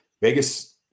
vegas